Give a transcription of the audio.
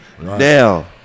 Now